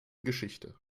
geschichte